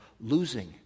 losing